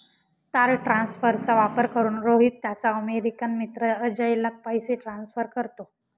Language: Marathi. तार ट्रान्सफरचा वापर करून, रोहित त्याचा अमेरिकन मित्र अजयला पैसे ट्रान्सफर करतो